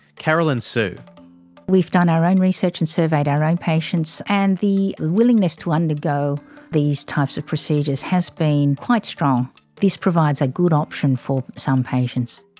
carolyn sue we've done our own research and surveyed our own patients, and the willingness to undergo these types of procedures has been quite strong. this provides a good option for some patients.